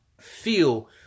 feel